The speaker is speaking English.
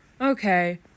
Okay